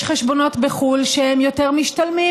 יש חשבונות בחו"ל שהם יותר משתלמים.